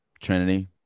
Trinity